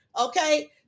okay